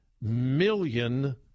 million